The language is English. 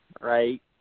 Right